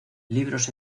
libros